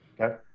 Okay